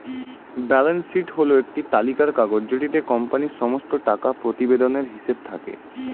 balance sheet হল একটি তালিকার কাগজ যেটিতে কোম্পানির সমস্ত টাকা প্রতিবেদনের হিসেব থাকে